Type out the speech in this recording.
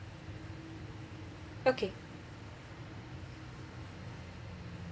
okay